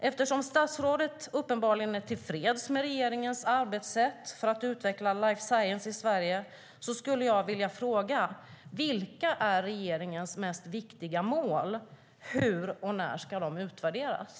Eftersom statsrådet uppenbarligen är tillfreds med regeringens arbetssätt i fråga om att utveckla life science i Sverige skulle jag vilja fråga: Vilka är regeringens mest viktiga mål? Hur och när ska de utvärderas?